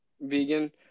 vegan